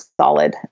solid